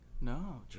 No